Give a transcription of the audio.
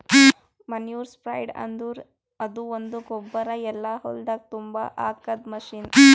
manure spreader ಅಂದುರ್ ಅದು ಒಂದು ಗೊಬ್ಬರ ಎಲ್ಲಾ ಹೊಲ್ದಾಗ್ ತುಂಬಾ ಹಾಕದ್ ಮಷೀನ್